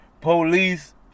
Police